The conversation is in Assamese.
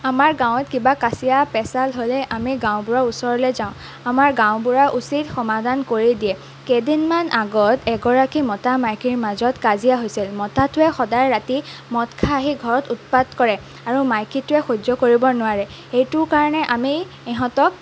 আমাৰ গাঁৱত কিবা কাজিয়া পেছাল হ'লে আমি গাওঁবুঢ়াৰ ওচৰলৈ যাওঁ আমাৰ গাওঁবুঢ়াই উচিত সমাধান কৰি দিয়ে কেইদিনমান আগত এগৰাকী মতা মাইকীৰ মাজত কাজিয়া হৈছিল মতাটোৱে সদায় ৰাতি মদ খাই আহি ঘৰত উৎপাত কৰে আৰু মাইকীটোৱে সহ্য কৰিব নোৱাৰে এইটো কাৰণে আমি ইহঁতক